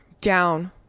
Down